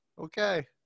okay